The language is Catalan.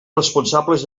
responsables